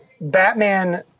Batman